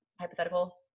hypothetical